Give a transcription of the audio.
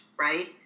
right